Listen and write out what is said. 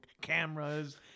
cameras